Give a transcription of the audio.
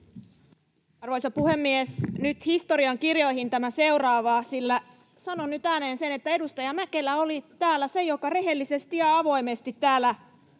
Arvoisa puhemies! Nyt historiankirjoihin tämä seuraava, sillä sanon nyt ääneen sen, että edustaja Mäkelä oli täällä se, joka rehellisesti ja avoimesti juuri